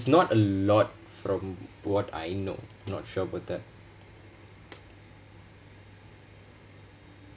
it's not a lot from what I know not sure about that